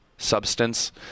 substance